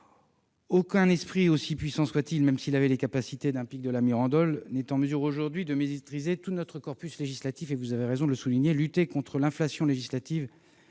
Aucun esprit, aussi puissant soit-il, même s'il avait les capacités d'un Pic de la Mirandole, n'est en mesure aujourd'hui de maîtriser tout notre corpus législatif. Vous le soulignez à juste titre : lutter contre l'inflation législative